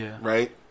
right